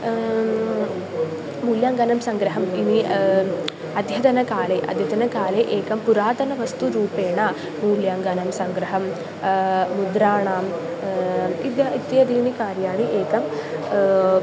मूल्याङ्कानां सङ्ग्रहम् इति अद्यतनकाले अद्यतनकाले एकं पुरातनवस्तूरूपेण मूल्याङ्कानां सङ्ग्रहं मुद्राणाम् इति इत्यादीनि कार्याणि एकं